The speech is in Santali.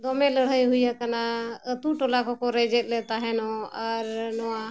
ᱫᱚᱢᱮ ᱞᱟᱹᱲᱦᱟᱹᱭ ᱦᱩᱭ ᱟᱠᱟᱱᱟ ᱟᱛᱳ ᱴᱚᱞᱟ ᱠᱚᱠᱚ ᱨᱮᱡᱽ ᱮᱫ ᱞᱮ ᱛᱟᱦᱮᱱᱚᱜ ᱟᱨ ᱱᱚᱣᱟ